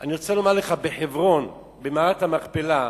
בחברון, במערת המכפלה,